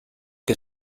que